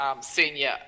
senior